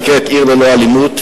שנקראת "עיר ללא אלימות".